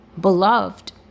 beloved